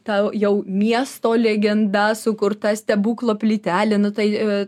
tau jau miesto legenda sukurta stebuklo plytelė nu tai